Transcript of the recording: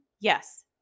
Yes